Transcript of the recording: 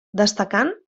destacant